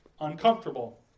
uncomfortable